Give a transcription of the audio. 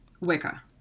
Wicca